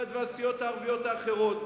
בל"ד והסיעות הערביות האחרות.